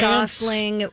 Gosling